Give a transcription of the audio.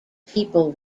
people